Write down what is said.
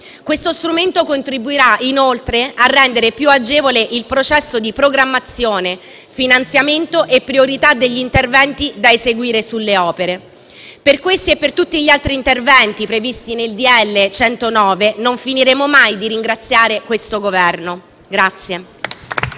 Questo strumento contribuirà inoltre a rendere più agevole il processo di programmazione, finanziamento e priorità degli interventi da eseguire sulle opere. Per questi e per tutti gli altri interventi previsti nel decreto-legge n. 109 oggi in conversione non finiremo mai di ringraziare questo Governo.